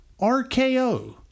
RKO